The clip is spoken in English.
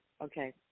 Okay